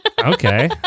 Okay